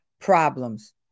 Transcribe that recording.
problems